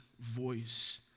voice